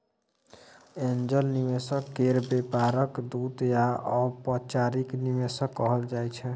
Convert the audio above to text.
angel निवेशक केर व्यापार दूत या अनौपचारिक निवेशक कहल जाइ छै